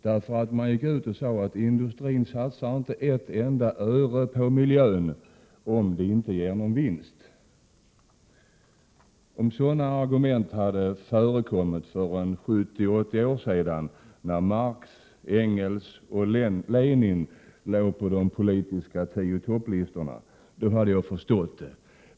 Kampanjen gick ut med att industrin inte satsar ett enda öre på miljön, om det inte ger någon vinst. Jag hade kunnat förstå om sådana påståenden förekommit för 70-80 år sedan då Marx, Engels och Lenin låg på de politiska 10 i topp-listorna.